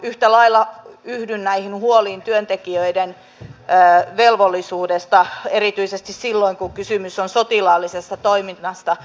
yhtä lailla yhdyn näihin huoliin työntekijöiden velvollisuudesta erityisesti silloin kun kysymys on sotilaallisesta toiminnasta